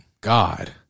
God